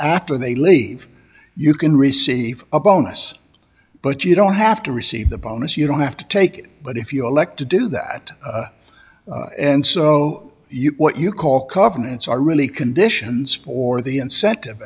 after they leave you can receive a bonus but you don't have to receive the bonus you don't have to take it but if you elect to do that and so what you call covenants are really conditions for the incentive